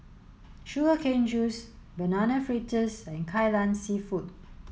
Sugarcane Juice Banana Fritters and Kai Lan Seafood